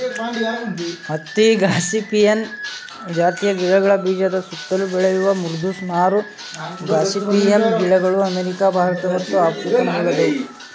ಹತ್ತಿ ಗಾಸಿಪಿಯಮ್ ಜಾತಿಯ ಗಿಡಗಳ ಬೀಜದ ಸುತ್ತಲು ಬೆಳೆಯುವ ಮೃದು ನಾರು ಗಾಸಿಪಿಯಮ್ ಗಿಡಗಳು ಅಮೇರಿಕ ಭಾರತ ಮತ್ತು ಆಫ್ರಿಕ ಮೂಲದವು